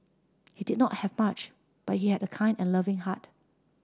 he did not have much but he had a kind and loving heart